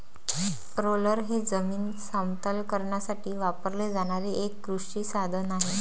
roller हे जमीन समतल करण्यासाठी वापरले जाणारे एक कृषी साधन आहे